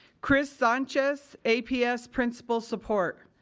chris sanchez, aps principal support.